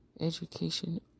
Education